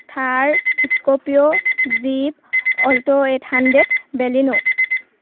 Thar scorpio jeep alto eight hundred Baleno